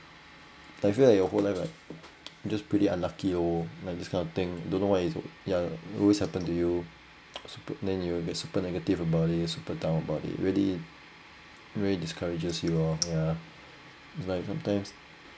I feel like your whole life right just pretty unlucky lor like this kind of thing don't know what is oh ya always happened to you supe~ then you will be super negative about it super down about it really really discourages you lor like sometimes